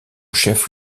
chef